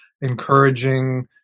encouraging